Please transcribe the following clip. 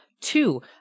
two